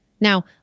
Now